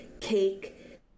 cake